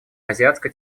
азиатско